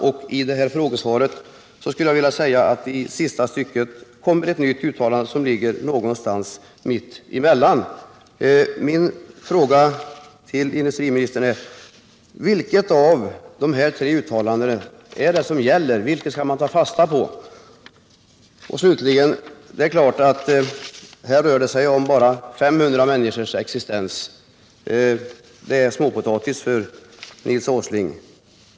Och i frågesvaret i dag kommer i sista stycket ett nytt uttalande som ligger någonstans mitt emellan. Min fråga till industriministern är därför: Vilket av dessa tre uttalanden gäller? Vilket skall man ta fasta på? Här rör det sig visserligen bara om 500 människors existens — det är numera småpotatis för Nils Åsling.